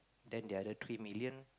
then the other three million